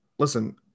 Listen